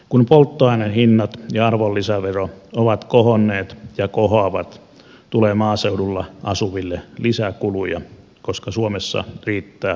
kun polttoainehinnat ja arvonlisävero ovat kohonneet ja kohoavat tulee maaseudulla asuville lisäkuluja koska suomessa riittää ajettavia kilometrejä